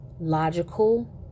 logical